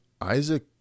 Isaac